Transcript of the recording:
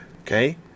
okay